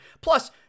plus